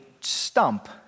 stump